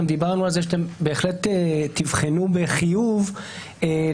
גם דיברנו על זה שאתם בהחלט תבחנו בחיוב להרחיב